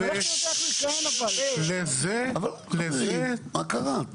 חברים, מה קרה?